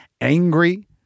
angry